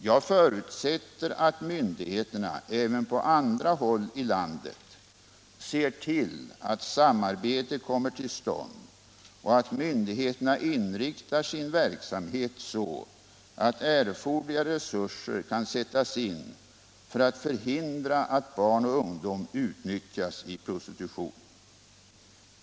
Jag förutsätter att myndigheterna även på andra håll i landet ser till att ett samarbete kommer till stånd och att myndigheterna inriktar sin verksamhet så att erforderliga resurser kan sättas in för att förhindra att barn och ungdom utnyttjas i prostitution.